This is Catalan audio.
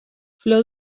flor